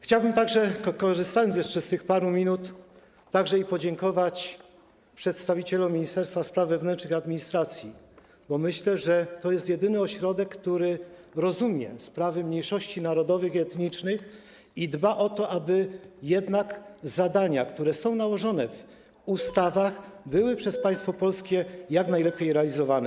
Chciałbym także, wykorzystując jeszcze te parę minut, podziękować przedstawicielom Ministerstwa Spraw Wewnętrznych i Administracji, bo, myślę, to jest jedyny ośrodek, który rozumie sprawy mniejszości narodowych i etnicznych i dba o to, aby jednak zadania, które są nałożone w ustawach, były przez państwo polskie jak najlepiej realizowane.